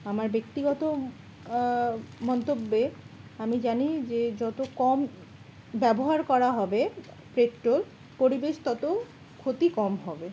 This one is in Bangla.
আমার ব্যক্তিগত মন্তব্যে আমি জানি যে যত কম ব্যবহার করা হবে পেট্রোল পরিবেশ তত ক্ষতি কম হবে